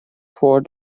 for